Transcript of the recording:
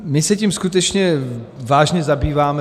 My se tím skutečně vážně zabýváme.